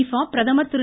்பா பிரதமர் திரு